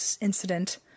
incident